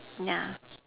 yeah